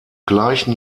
gleichen